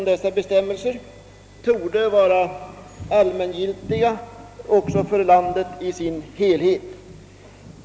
Dessa bestämmelser torde emellertid vara allmängiltiga för landet i dess helhet.